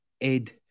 Ed